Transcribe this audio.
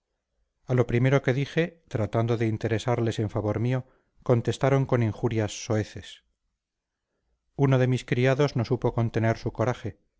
a lo primero que dije tratando de interesarles en favor mío contestaron con injurias soeces uno de mis criados no supo contener su coraje